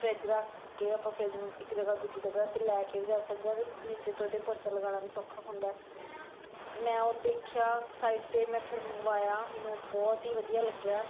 fridge ਰੱਖ ਕੇ ਆਪਾਂ ਫਰਿਜ ਨੂੰ ਇੱਕ ਜਗ੍ਹਾ ਦੂਜੀ ਜਗ੍ਹਾ 'ਤੇ ਲੈ ਕੇ ਵੀ ਜਾ ਸਕਦੇ ਹਾਂ ਅਤੇ ਨੀਚੇ ਤੋਂ ਉਹਦੇ ਪੋਚਾ ਲਗਾਉਣਾ ਵੀ ਸੌਖਾ ਹੁੰਦਾ ਮੈਂ ਉਹ ਦੇਖਿਆ ਸਾਈਡ 'ਤੇ ਮੈਂ ਫਿਰ ਮੰਗਵਾਇਆ ਮੈਨੂੰ ਉਹ ਬਹੁਤ ਹੀ ਵਧੀਆ ਲੱਗਿਆ